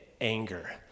anger